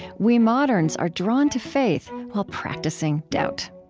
we moderns are drawn to faith while practicing doubt.